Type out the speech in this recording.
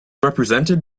represented